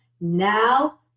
Now